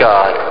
God